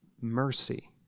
mercy